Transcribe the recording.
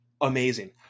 amazing